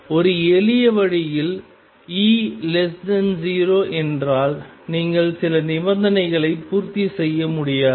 ஒரு எளிய வழியில் E0 என்றால் நீங்கள் சில நிபந்தனைகளை பூர்த்தி செய்ய முடியாது